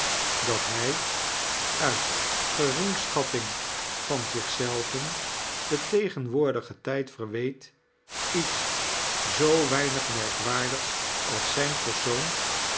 dat hij uit geringschatting van zich zelven den tegenwoordigen tijd verweet iets zoo weinig merkwaardigs als zijn persoon